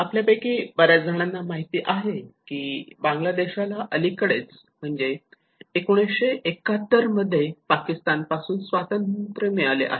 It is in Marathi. आपल्यापैकी बऱ्याच जणांना माहिती आहे की बांगलादेशाला अलीकडेच म्हणजेच 1971 मध्ये पाकिस्तान पासून स्वातंत्र्य मिळाले आहे